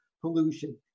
pollution